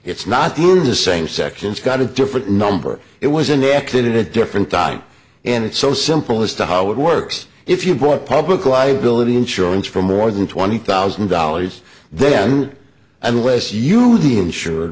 it's not the same section it's got a different number it was an accident different time and it's so simple as to how it works if you put public liability insurance for more than twenty thousand dollars then unless you are the insur